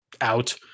out